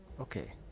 Okay